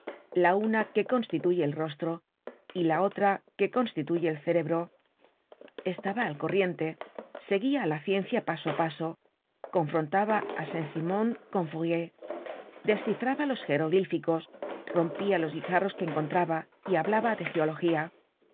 la una que constituye el rostro y la otra que constituye el cerebro estaba al corriente seguia á la ciencia paso á paso confrontaba á saint simon con fourier descifraba los geroglíficos rompia los guijarros que encontraba y hablaba de geología